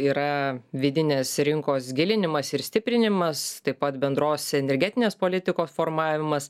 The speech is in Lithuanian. yra vidinės rinkos gilinimas ir stiprinimas taip pat bendros energetinės politikos formavimas